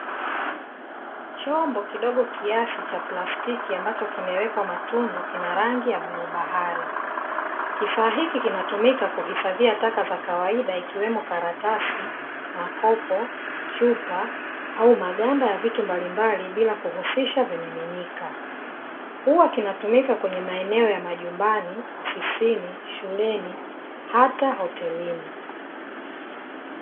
Chombo kidogo kiasi cha plastiki ambacho kimewekwa matundu, kina rangi ya bluu bahari, kifaa hiki kinatumika kuhifadhia taka za kawaida ikiwemo karatasi, makopo, chupa, au maganda ya vitu mbalimbali bila kuhushisha vimiminika. Hua kinatumika kwenye maeneo ya majumbani, ofisini, shuleni, hata hotelini.